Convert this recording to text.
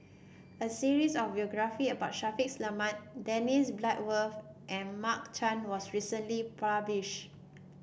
a series of biography about Shaffiq Selamat Dennis Bloodworth and Mark Chan was recently published